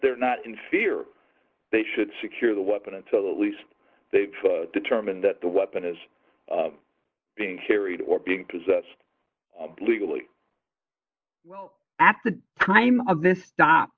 they're not in fear they should secure the weapon until at least they determine that the weapon is being carried or being possessed legally at the time of this stop